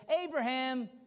Abraham